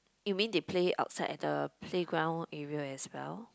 you mean they play outside at the playground area as well